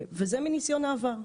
וזה מניסיון העבר,